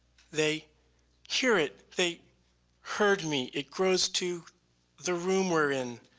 they hear it, they heard me, it grows to the room we're in.